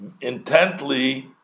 intently